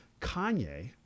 Kanye